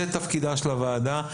זה תפקידה של הוועדה.